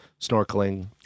snorkeling